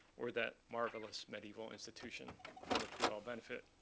or that marvelous medieval institution from which we all benefit,